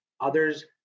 Others